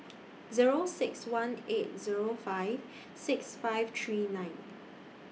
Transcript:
Zero six one eight Zero five six five three nine